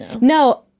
No